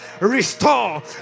Restore